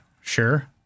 sure